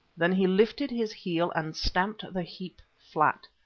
then he lifted his heel and stamped the heap flat.